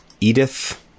edith